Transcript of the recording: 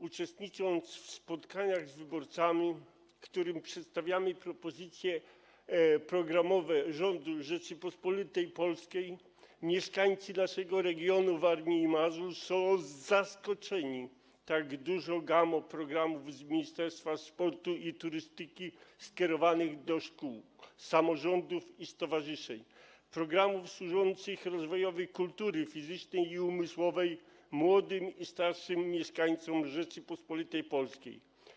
Uczestnicząc w spotkaniach z wyborcami, którym przedstawiamy propozycje programowe rządu Rzeczypospolitej Polskiej, mieszkańcy naszego regionu, Warmii i Mazur, są zaskoczeni tak dużą gamą programów z Ministerstwa Sportu i Turystyki skierowanych do szkół, samorządów i stowarzyszeń, programów służących rozwojowi kultury fizycznej i umysłowej, młodym i starszym mieszkańcom Rzeczypospolitej Polskiej.